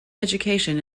education